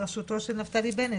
ברשותו של נפתלי בנט,